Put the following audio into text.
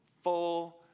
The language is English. full